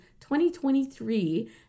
2023